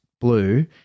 blue